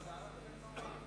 מסכים אתך,